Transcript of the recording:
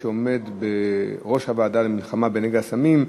שעומד בראש הוועדה למלחמה בנגע הסמים,